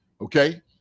Okay